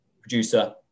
producer